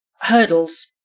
hurdles